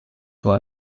were